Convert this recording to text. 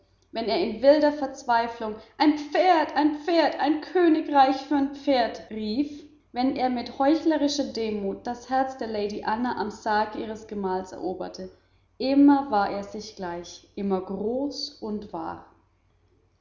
wenn er in wilder verzweiflung ein pferd ein pferd mein königreich für'n pferd rief wenn er mit heuchlerischer demut das herz der lady anna am sarge ihres gemahls eroberte immer war er sich gleich immer groß und wahr